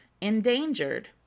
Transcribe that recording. Endangered